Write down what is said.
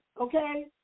okay